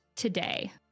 today